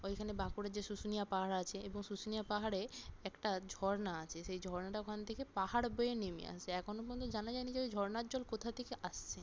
ওইখানে বাঁকুড়ার যে শুশুনিয়া পাহাড় আছে এবং শুশুনিয়া পাহাড়ে একটা ঝর্ণা আছে সেই ঝর্ণাটা ওখান থেকে পাহাড় বেয়ে নেমে আসে এখনও পর্যন্ত জানা যায়নি যে ওই ঝর্ণার জল কোথা থেকে আসছে